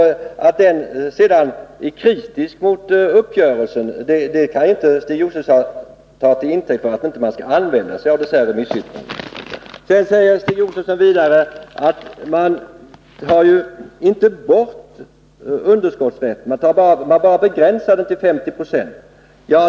Att den organisationen sedan är kritisk mot uppgörelsen kan inte Stig Josefson ta till intäkt för att jag inte skall använda mig av dessa remissyttranden. Stig Josefson säger vidare att man inte tar bort rätten att göra underskottsavdrag, utan att det bara införs en begränsning till 50 26.